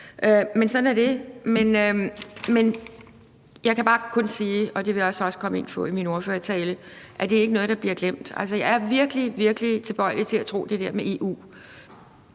Men sådan er det. Jeg kan bare kun sige, og det vil jeg så også komme ind på i min ordførertale, at det ikke er noget, der bliver glemt. Altså, jeg er virkelig, virkelig tilbøjelig til at tro det der med EU.